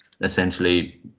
essentially